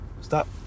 Stop